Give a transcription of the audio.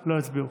שלא הצביעו.